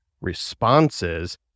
responses